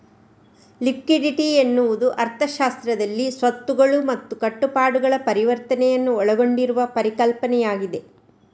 liquidity ಎನ್ನುವುದು ಅರ್ಥಶಾಸ್ತ್ರದಲ್ಲಿ ಸ್ವತ್ತುಗಳು ಮತ್ತು ಕಟ್ಟುಪಾಡುಗಳ ಪರಿವರ್ತನೆಯನ್ನು ಒಳಗೊಂಡಿರುವ ಪರಿಕಲ್ಪನೆಯಾಗಿದೆ